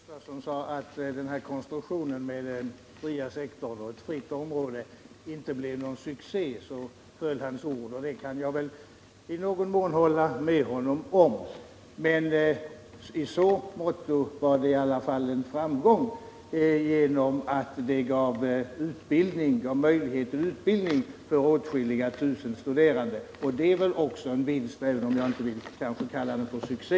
Herr talman! Lars Gustafsson sade att konstruktionen med den fria sektorn och ett fritt område inte blev någon succé — så föll hans ord. Det kan jag i någon mån hålla med honom om. Men i så måtto var det i alla fall en framgång att det gav möjlighet till utbildning för åtskilliga tusen studerande. Det är väl också en vinst, även om jag kanske inte vill kalla det för succé.